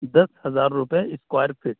دس ہزار روپئے اسکوائر پھٹ